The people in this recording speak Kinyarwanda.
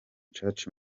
church